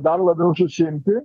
dar labiau susiimti